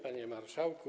Panie Marszałku!